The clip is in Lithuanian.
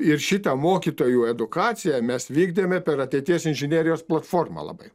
ir šitą mokytojų edukaciją mes vykdėme per ateities inžinerijos platformą labai